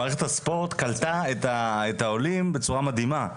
מערכת הספורט קלטה את העולים בצורה מדהימה.